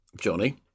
johnny